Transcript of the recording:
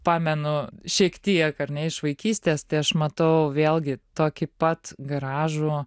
pamenu šiek tiek ar ne iš vaikystės tai aš matau vėlgi tokį pat gražų